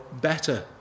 better